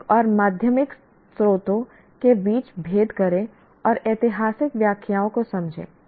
प्राथमिक और माध्यमिक स्रोतों के बीच भेद करें और ऐतिहासिक व्याख्याओं को समझें